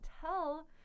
tell